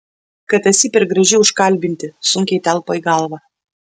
kad esi per graži užkalbinti sunkiai telpa į galvą